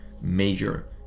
major